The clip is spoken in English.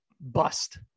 bust